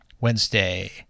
Wednesday